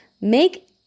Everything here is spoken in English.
make